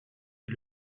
est